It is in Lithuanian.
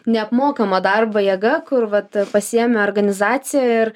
neapmokama darbo jėga kur vat pasiėmė organizacija ir